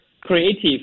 creative